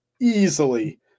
easily